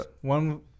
One